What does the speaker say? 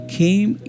came